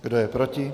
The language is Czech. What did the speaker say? Kdo je proti?